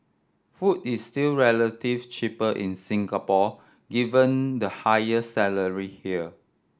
food is still relative cheaper in Singapore given the higher salary here